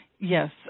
Yes